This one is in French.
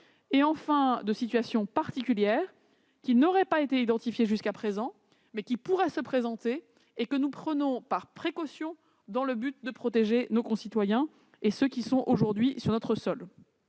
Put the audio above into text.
; enfin, les situations particulières qui n'ont pas été identifiées jusqu'à présent, mais pourraient se présenter, et que nous envisageons par précaution dans le but de protéger nos concitoyens et les personnes qui se trouvent aujourd'hui sur notre sol.